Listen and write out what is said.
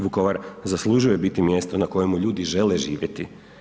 Vukovar zaslužuje biti mjesto na kojemu ljudi žele živjeti.